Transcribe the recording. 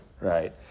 right